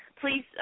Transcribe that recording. please